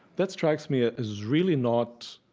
that strikes me ah as really not,